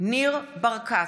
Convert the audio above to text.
ניר ברקת,